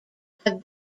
have